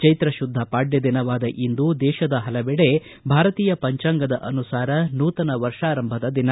ಚೈತ್ರ ಶುದ್ದ ಪಾಡ್ತ ದಿನವಾದ ಇಂದು ದೇಶದ ಹಲವೆಡೆ ಭಾರತೀಯ ಪಂಚಾಂಗದ ಅನುಸಾರ ನೂತನ ವರ್ಷಾರಂಭದ ದಿನ